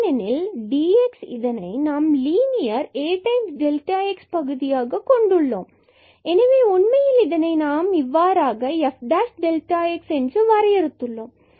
ஏனெனில் dx இதனை நாம் லீனியர் A டைம்ஸ் x பகுதியாக எடுத்துக்கொண்டோம் எனவே உண்மையில் இதனை நாம் இவ்வாறாக f x என வரையறுத்துள்ளோம்